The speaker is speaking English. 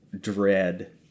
dread